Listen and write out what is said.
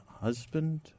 husband